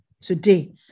today